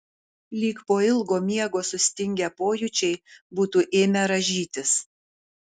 lyg po ilgo miego sustingę pojūčiai būtų ėmę rąžytis